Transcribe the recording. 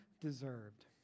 deserved